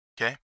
okay